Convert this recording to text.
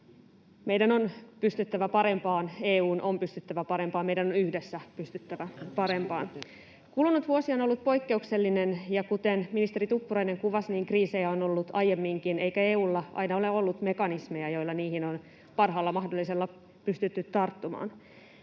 meidän on pystyttävä parempaan, EU:n on pystyttävä parempaan, meidän on yhdessä pystyttävä parempaan. Kulunut vuosi on ollut poikkeuksellinen, ja kuten ministeri Tuppurainen kuvasi, kriisejä on ollut aiemminkin eikä EU:lla aina ole ollut mekanismeja, joilla niihin on parhaalla mahdollisella tavalla pystytty tarttumaan.